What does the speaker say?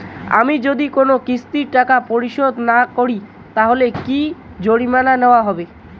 আমি যদি কোন কিস্তির টাকা পরিশোধ না করি তাহলে কি জরিমানা নেওয়া হবে?